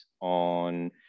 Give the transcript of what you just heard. on